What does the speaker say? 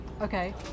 Okay